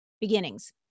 Beginnings